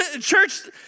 Church